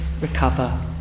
recover